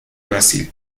brasil